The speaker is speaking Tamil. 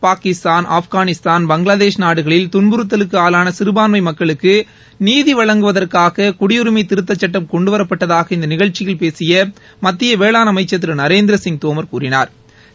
பாகிஸ்தான் ஆப்கானிஸ்தான் பங்ளாதேஷ் நாடுகளில் துன்புறுத்தலுக்கு ஆளான சிறபான்மை மக்களுக்கு நீதி வழங்குவதற்காக குடியுரிமை திருத்தச் சுட்டம் கொண்டுவரப்பட்டதாக இந்ந நிகழ்ச்சியில் பேசிய மத்திய வேளாண் அமைச்சா் திரு நரேந்திரசிங் தோமா் கூறினாா்